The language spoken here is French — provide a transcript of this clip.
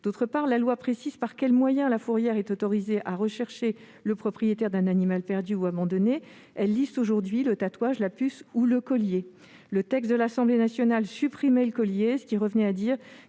ailleurs, la loi précise par quels moyens la fourrière est autorisée à rechercher le propriétaire d'un animal perdu ou abandonné : le tatouage, la puce ou le collier. La rédaction de l'Assemblée nationale supprimait le collier, ce qui revenait à dire